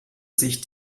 sich